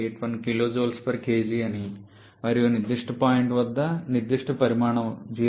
81 kJkg అని మరియు ఈ నిర్దిష్ట పాయింట్ వద్ద నిర్దిష్ట పరిమాణము 0